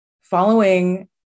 following